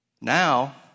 Now